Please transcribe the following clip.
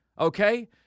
okay